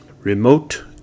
Remote